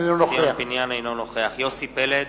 אינו נוכח יוסי פלד,